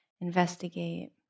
investigate